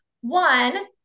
One